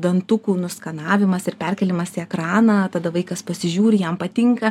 dantukų nuskanavimas ir perkėlimas į ekraną tada vaikas pasižiūri jam patinka